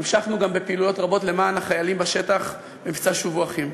המשכנו גם בפעילויות רבות למען החיילים בשטח במבצע "שובו אחים".